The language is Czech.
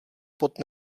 pod